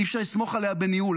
אי-אפשר לסמוך עליה בניהול,